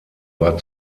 war